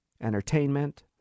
entertainment